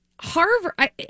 Harvard